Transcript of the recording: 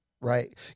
right